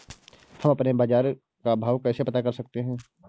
हम अपने बाजार का भाव कैसे पता कर सकते है?